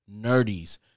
Nerdies